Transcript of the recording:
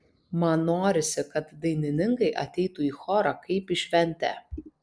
man norisi kad dainininkai ateitų į chorą kaip į šventę